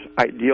ideal